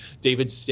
David